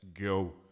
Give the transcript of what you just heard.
go